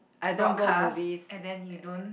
broadcast and then you don't